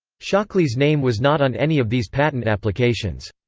shockley's name was not on any of these patent applications.